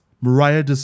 Mariah